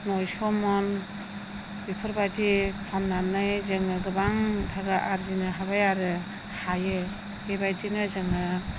नयस' मन बेफोरबादि फाननानै जोङो गोबां थाखा आरजिनो हाबाय आरो हायो बेबायदिनो जोङो